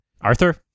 Arthur